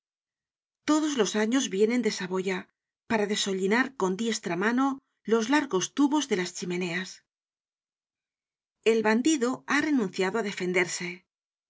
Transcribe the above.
todos los años vienen de saboya para deshollinar con diestra mano los largos tubos de las chimeneas content from google book search generated at e bandido ha renunciado á defenderse